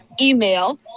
email